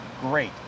Great